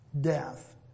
death